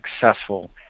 successful